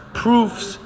proofs